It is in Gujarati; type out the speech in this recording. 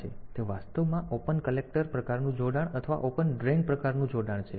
તેથી તે વાસ્તવમાં ઓપન કલેક્ટર પ્રકારનું જોડાણ અથવા ઓપન ડ્રેઇન પ્રકારનું જોડાણ છે